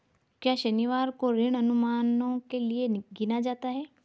क्या शनिवार को ऋण अनुमानों के लिए गिना जाता है?